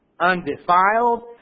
undefiled